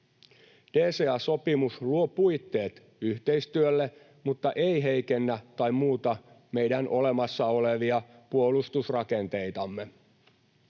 DCA-sopimus luo puitteet yhteistyölle, mutta ei heikennä tai muuta meidän olemassa olevia puolustusrakenteitamme.